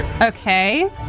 Okay